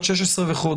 בת 16 וחודש,